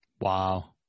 Wow